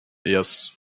yes